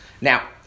now